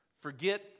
Forget